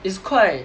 it's quite